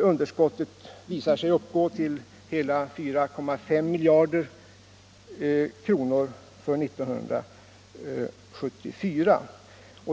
Underskottet visar sig uppgå till hela 4,5 miljarder kr. för 1974.